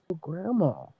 grandma